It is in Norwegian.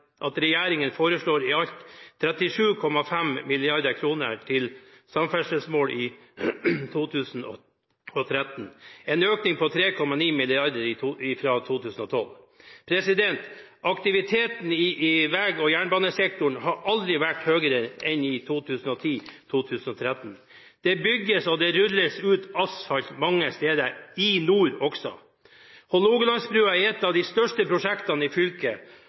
at regjeringen foreslår 37,5 mrd. kr til samferdselsmål i 2013. En økning på 3,9 mrd. kr fra 2012. Aktiviteten i vei- og jernbanesektoren har aldri vært høyere enn i 2010–2013. Det bygges, og det rulles ut asfalt mange steder – i nord også. Hålogalandsbrua er et av de største prosjektene i fylket